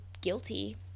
guilty